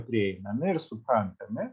prieinami ir suprantami